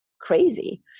crazy